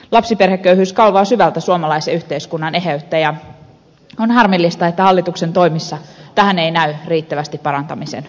lapsiperheköyhyys kalvaa syvältä suomalaisen yhteiskunnan eheyttä ja on harmillista että hallituksen toimissa tähän ei näy riittävästi parantamisen paikkoja